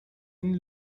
این